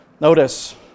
Notice